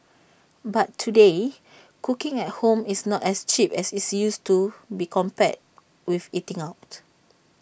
but today cooking at home is not as cheap as its used to be compared with eating out